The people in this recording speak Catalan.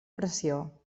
pressió